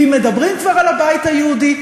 ואם מדברים כבר על הבית היהודי,